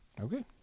Okay